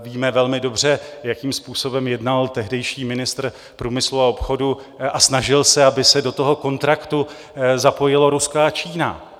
Víme dobře, jakým způsobem jednal tehdejší ministr průmyslu a obchodu a snažil se, aby se do toho kontraktu zapojilo Rusko a Čína.